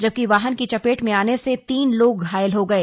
जबकि वाहन की चपेट में आने से तीन लोग घायल हो गए